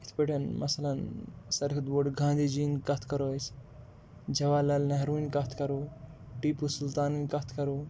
یِتھ پٲٹھٮ۪ن مثلاً ساروے کھۄتہٕ بوٚڑ گاندھی جی یِنۍ کَتھ کَرو أسۍ جواہر لال نہروٗوٕنۍ کَتھ کَرو ٹیٖپوٗسُلطانٕنۍ کَتھ کَرو